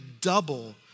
double